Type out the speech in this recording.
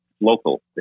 local